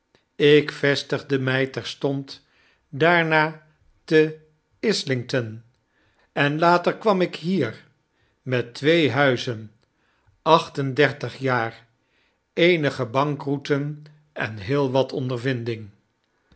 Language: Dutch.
ik vestigde my terstond daarna te islington en later kwam ik hier met twee huizen acht en dertig jaar eenige bankroeten en heel wat ondervinding